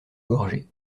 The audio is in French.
gorgé